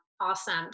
Awesome